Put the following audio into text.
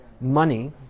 money